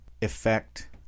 effect